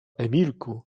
emilku